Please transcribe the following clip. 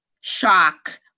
shock